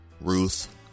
Ruth